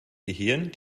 gehirn